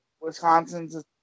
Wisconsin's